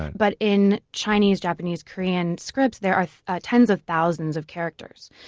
but in chinese, japanese, korean scripts, there are tens of thousands of characters.